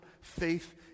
faith